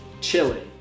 chili